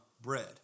bread